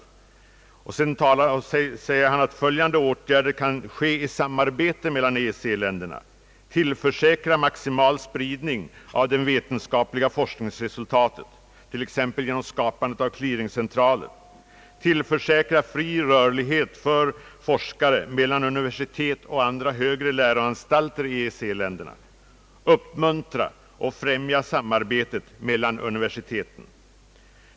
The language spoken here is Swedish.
Därefter föreslår han följande åtgärder som kan vidtas i samarbete mellan EEC-länderna: Tillförsäkra maximal spridning av de vetenskapliga forskningsresultaten, t.ex. genom skapandet av clearingscentraler; tillförsäkra fri rörlighet för forskare mellan universitet och andra högre läroanstalter i EEC-länderna; uppmuntra och främja samarbetet mellan universiteten.